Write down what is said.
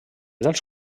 dels